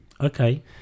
okay